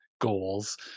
goals